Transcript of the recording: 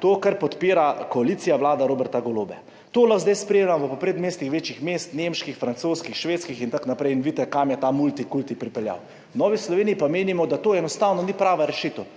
to, kar podpira koalicija, vlada Roberta Goloba, to lahko zdaj spremljamo po predmestjih večjih mest, nemških, francoskih, švedskih in tako naprej, vidite, kam je ta multikulti pripeljal. V Novi Sloveniji pa menimo, da to enostavno ni prava rešitev.